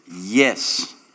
Yes